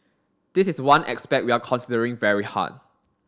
this is one aspect we are considering very hard